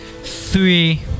Three